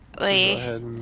wait